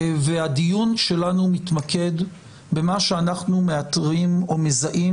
והדיון שלנו מתמקד במה שאנחנו מאתריים או מזהים